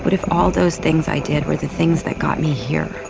but if all those things i did with the things that got me here.